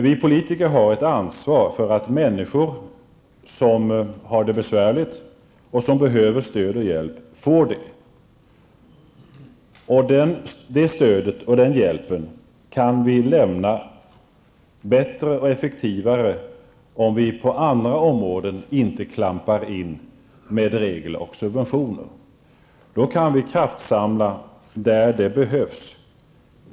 Vi politiker har ett ansvar för att människor som har det besvärligt och som behöver stöd och hjälp får det, och det kan vi sörja för bättre och effektivare, om vi inte klampar in med regler och subventioner på andra områden. Då kan vi kraftsamla där det behövs.